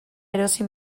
erosi